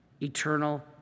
Eternal